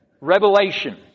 revelation